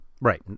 Right